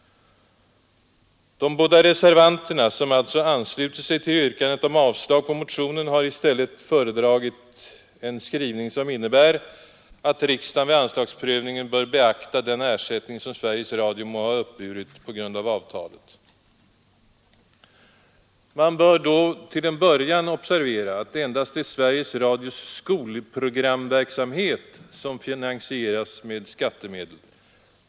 De båda reservanterna, som alltså ansluter sig till yrkandet om avslag på motionen, har i stället föredragit en skrivning som innebär att riksdagen vid anslagsprövningen bör beakta den ersättning som Sveriges Radio må ha uppburit på grund av avtalet. Man bör då till en början observera att det endast är Sveriges Radios skolprogramverksamhet som finansieras med skattemedel.